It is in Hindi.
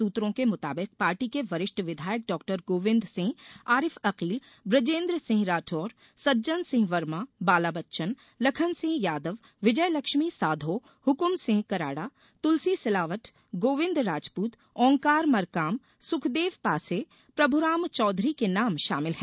सूत्रों के मुताबिक पार्टी के वरिष्ठ विधायक डाक्टर गोविंद सिंह आरिफ अकील बूजेन्द्र सिंह राठोर सज्जन सिंह वर्मा बालाबच्चन लखनसिंह यादव विजयलक्ष्मी साधो हुकुम सिंह कराड़ा तुलसी सिलावट गोविंद राजपुत ओंकार मर्काम सुखदेव पासे प्रभुराम चौधरी के नाम शामिल हैं